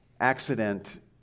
accident